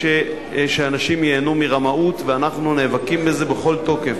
שאנשים ייהנו מרמאות, ואנחנו נאבקים בזה בכל תוקף.